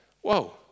Whoa